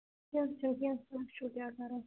کینٛہہ چھُنہٕ کینٛہہ چھُنہٕ وٕچھو کیٛاہ کَرو